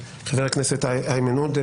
חבר הכנסת איימן עודה,